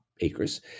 acres